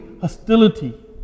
hostility